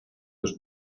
was